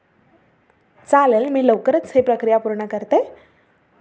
चालेल मी लवकरच हे प्रक्रिया पूर्ण करते